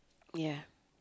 ya